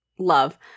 love